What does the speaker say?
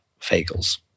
fagels